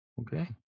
Okay